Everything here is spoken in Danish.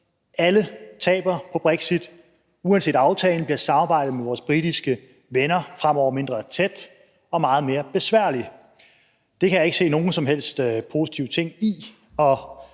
Alle taber på brexit, uanset aftalen bliver samarbejdet med vores britiske venner fremover mindre tæt og meget mere besværligt. Det kan jeg ikke se nogen som helst positiv ting i,